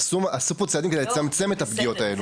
עשו פה צעדים כדי לצמצם את הפגיעות הללו.